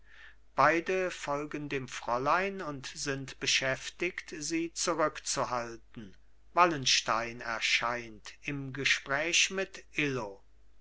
beide folgen dem fräulein und sind beschäftigt sie zurückzuhalten wallenstein erscheint im gespräch mit illo